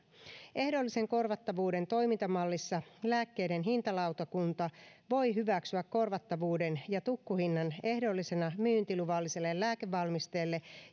ehdollisen korvattavuuden toimintamallissa lääkkeiden hintalautakunta voi hyväksyä korvattavuuden ja tukkuhinnan ehdollisena myyntiluvalliselle lääkevalmisteelle